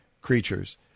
creatures